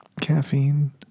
caffeine